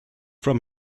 from